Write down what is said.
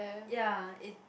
ya it